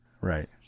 right